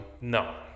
No